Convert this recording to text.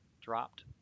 dropped